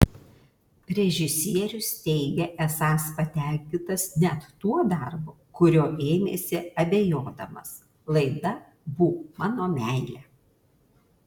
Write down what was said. režisierius teigia esąs patenkintas net tuo darbu kurio ėmėsi abejodamas laida būk mano meile